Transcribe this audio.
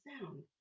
sound